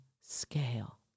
scale